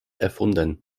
erfunden